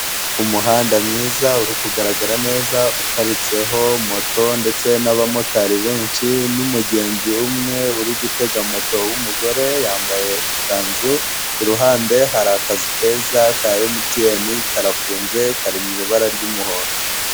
Umuhanda mwiza uri kugaragara neza, uparitseho moto ndetse n'abamotari benshi n'umugenzi umwe uri gutega moto w'umugore, yambaye ikanzu, iruhande hari akazu keza ka Emutiyeni, karafunze kari mu ibara ry'umuhondo.